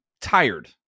tired